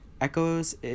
Echoes